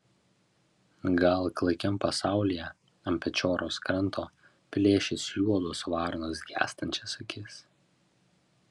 gal klaikiam pasaulyje ant pečioros kranto plėšys juodos varnos gęstančias akis